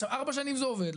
עכשיו ארבע שנים זה עובד,